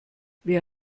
wer